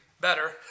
better